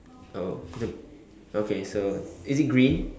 oh the okay so is it green